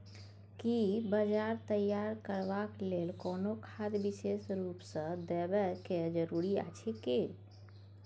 कि बीज तैयार करबाक लेल कोनो खाद विशेष रूप स देबै के जरूरी अछि की?